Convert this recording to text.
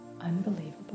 unbelievable